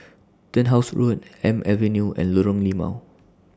Turnhouse Road Elm Avenue and Lorong Limau